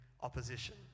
opposition